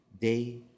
day